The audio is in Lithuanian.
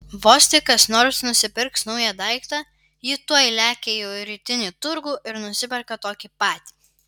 vos tik kas nors nusipirks naują daiktą ji tuoj lekia į rytinį turgų ir nusiperka tokį patį